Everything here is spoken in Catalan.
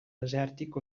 desèrtic